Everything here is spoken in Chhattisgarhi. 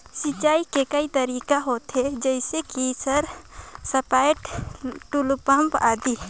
सिंचाई के कई तरीका होथे? जैसे कि सर सरपैट, टुलु पंप, आदि?